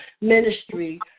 ministry